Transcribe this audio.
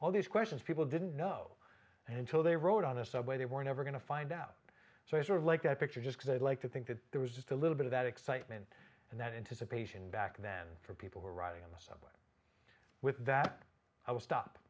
all these questions people didn't know until they rode on the subway they were never going to find out so i sort of like that picture just because i'd like to think that there was just a little bit of that excitement and that internship asian back then for people who are riding in the sun with that i will stop